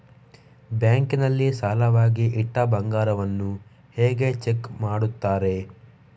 Bank ನಲ್ಲಿ ಸಾಲವಾಗಿ ಇಟ್ಟ ಬಂಗಾರವನ್ನು ಹೇಗೆ ಚೆಕ್ ಮಾಡುತ್ತಾರೆ?